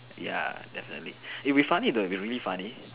ya definitely it will be funny though it will be really funny